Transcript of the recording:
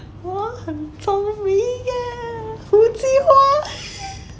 我很聪明 leh